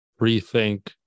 rethink